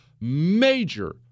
major